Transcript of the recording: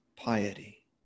piety